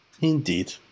Indeed